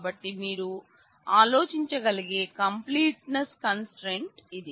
కాబట్టి మీరు ఆలోచించగలిగే కంప్లీట్నెస్ కన్స్ట్రెంట్స్ ఇది